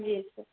जी sir